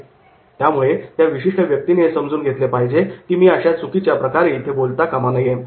' त्यामुळे त्या विशिष्ट व्यक्तीने हे समजून घेतले पाहिजे की मी अशा चुकीच्या प्रकारे इथे बोलता कामा नये